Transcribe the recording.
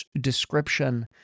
description